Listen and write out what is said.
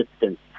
distance